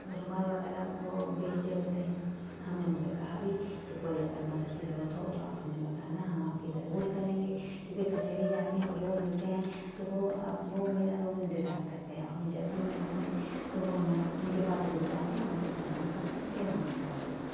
رومال وغیرہ وہ بیچتے ہوتے ہیں ہم نے ان سے کہا بھی کہ کوئی اگر مدد کی ضرورت ہو تو آپ ہمیں بتانا ہم آپ کی ضرور کریں گے کیونکہ کچہری جاتے ہیں وہ روز ملتے ہیں تو وہ اب وہ میرا روز انتظار کرتے ہیں ہم جب بھی نکلتے ہیں تو وہ ہم ان کے پاس رک جاتے ہیں ان کو سلام کرتے ہیں پھر ہم نکلتے ہیں